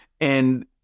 And-